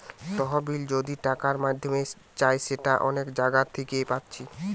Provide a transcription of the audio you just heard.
তহবিল যদি টাকার মাধ্যমে চাই সেটা অনেক জাগা থিকে পাচ্ছি